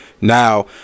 Now